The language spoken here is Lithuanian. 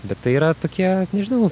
bet tai yra tokie nežinau